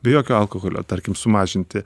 be jokio alkoholio tarkim sumažinti